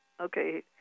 Okay